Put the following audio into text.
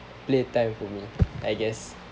play time for me I guess